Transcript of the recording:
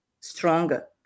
stronger